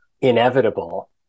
inevitable